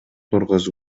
нургазы